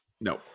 No